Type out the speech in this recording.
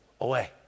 away